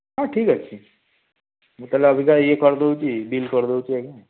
ହଁ ଠିକ୍ ଅଛି ମୁଁ ତା'ହେଲେ ଅବିକା ଇଏ କରିଦେଉଛି ବିଲ୍ କରିଦେଉଛି ଆଜ୍ଞା